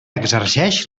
exerceix